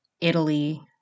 Italy